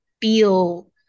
feel